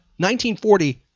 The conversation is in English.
1940